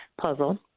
puzzle